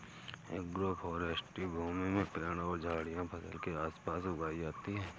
agroforestry भूमि में पेड़ और झाड़ियाँ फसल के आस पास उगाई जाते है